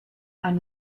and